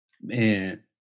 man